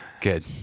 Good